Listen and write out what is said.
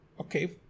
okay